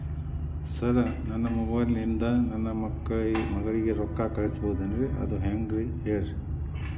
sir ನನ್ನ mobile ಇಂದ ನನ್ನ ಮಗಳಿಗೆ ರೊಕ್ಕಾ ಕಳಿಸಬಹುದೇನ್ರಿ ಅದು ಹೆಂಗ್ ಹೇಳ್ರಿ